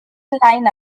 line